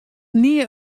nea